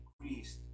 increased